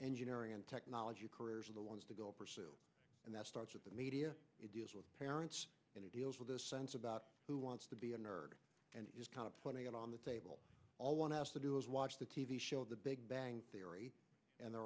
engineering and technology careers are the ones to go pursue and that starts with the media it deals with parents and it deals with a sense about who wants to be a nerd and is kind of putting it on the table all one has to do is watch the t v show the big bang theory and there